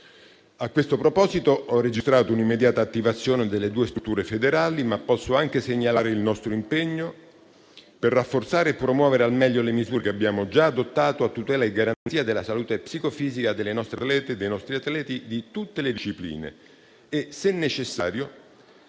A questo proposito, ho registrato un'immediata attivazione delle due strutture federali, ma posso anche segnalare il nostro impegno per rafforzare e promuovere al meglio le misure che abbiamo già adottato, a tutela e garanzia della salute psicofisica delle nostre atlete e dei nostri atleti di tutte le discipline e, se necessario,